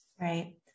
Right